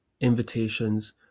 invitations